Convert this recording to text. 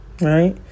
right